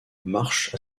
marche